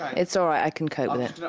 it's all right, i can cope with it.